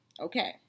okay